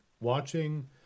watching